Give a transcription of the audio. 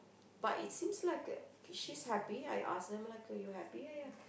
but it seems like she's happy I ask her like are you happy yeah yeah